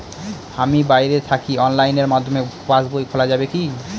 আমি বাইরে থাকি অনলাইনের মাধ্যমে পাস বই খোলা যাবে কি?